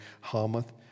Hamath